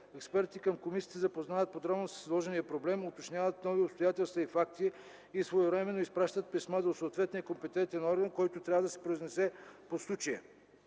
Експертите към комисията се запознават подробно с изложения проблем, уточняват нови обстоятелства и факти и своевременно изпращат писмо до съответния компетентен орган, който трябва да се произнесе по случая.